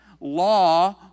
law